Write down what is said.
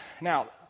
Now